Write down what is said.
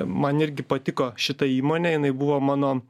man irgi patiko šita įmonė jinai buvo mano